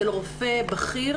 פתוח?